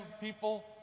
people